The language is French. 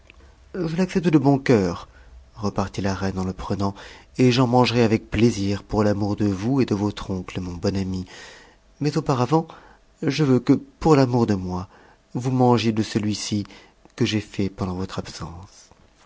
je l'accepte de bon cœur repartit la reine en le prenant et jeu mangerai avec plaisir pour l'amour vous de et de votre oncle mon bon ami mais auparavant je veux que pour l'amour de moi vous mangiez de celui-ci que j'ai fait pendant votre absence